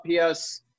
PS